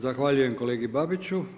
Zahvaljujem kolegi Babiću.